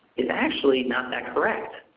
it's actually not that correct.